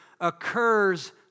occurs